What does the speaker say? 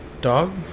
dog